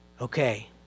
Okay